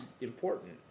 important